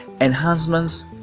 enhancements